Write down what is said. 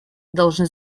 должны